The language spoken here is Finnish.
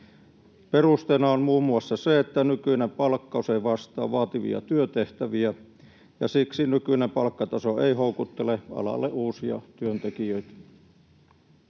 Perusteena on muun muassa se, että nykyinen palkkaus ei vastaa vaativia työtehtäviä, ja siksi nykyinen palkkataso ei houkuttele alalle uusia työntekijöitä.